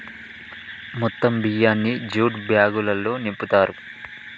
మొత్తం బియ్యాన్ని జ్యూట్ బ్యాగులల్లో నింపుతారు